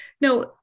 No